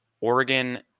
Oregon